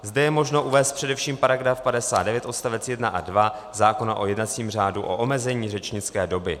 Zde je možno uvést především § 59 odstavec 1 a 2 zákona o jednacím řádu o omezení řečnické doby.